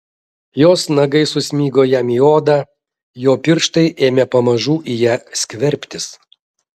jos nagai susmigo jam į odą jo pirštai ėmė pamažu į ją skverbtis